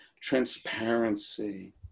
transparency